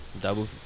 Double